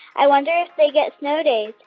i wonder if they get snow days.